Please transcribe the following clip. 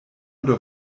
der